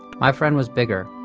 my friend was bigger.